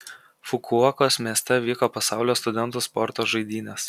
fukuokos mieste vyko pasaulio studentų sporto žaidynės